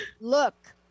look